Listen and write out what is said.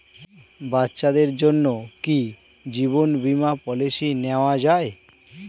বাচ্চাদের জন্য কি জীবন বীমা পলিসি নেওয়া যায়?